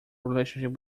relationship